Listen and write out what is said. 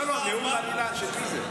נאום בר-אילן, של מי זה?